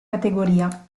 categoria